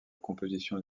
composition